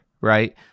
right